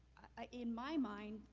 ah in my mind,